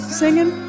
singing